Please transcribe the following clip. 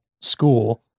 school